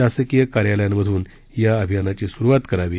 शासकीय कार्यालयांमधून या अभियानाची सुरुवात करावी